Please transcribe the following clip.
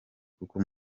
kuko